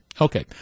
Okay